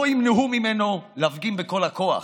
לא ימנעו ממנו להפגין בכל הכוח,